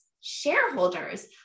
shareholders